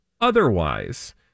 otherwise